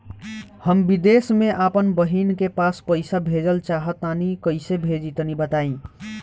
हम विदेस मे आपन बहिन के पास पईसा भेजल चाहऽ तनि कईसे भेजि तनि बताई?